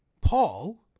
Paul